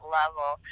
level